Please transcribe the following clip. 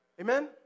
Amen